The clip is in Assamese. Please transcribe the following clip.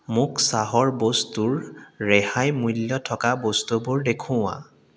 মোক চাহৰ বস্তুৰ ৰেহাই মূল্য থকা বস্তুবোৰ দেখুওৱা